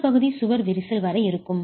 முதல் பகுதி சுவர் விரிசல் வரை இருக்கும்